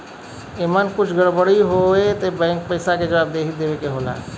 एमन कुछ गड़बड़ होए पे बैंक के जवाबदेही देवे के होला